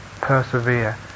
persevere